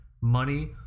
money